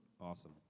Awesome